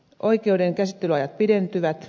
oikeuden käsittelyajat pidentyvät